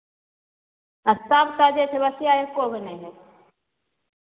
आ सभ ताजे छै बसिआ एक्को गो नहि हइ